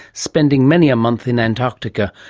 spending many a month in antarctica.